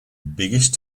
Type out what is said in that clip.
biggest